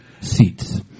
seats